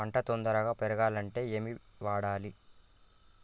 పంట తొందరగా పెరగాలంటే ఏమి వాడాలి?